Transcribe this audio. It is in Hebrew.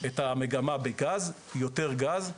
את המגמה בגז, יותר גז.